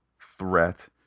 threat